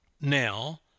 Now